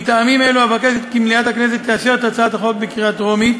מטעמים אלו אבקש כי מליאת הכנסת תאשר את הצעת החוק בקריאה טרומית,